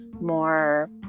more